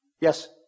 Yes